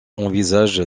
envisage